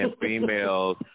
females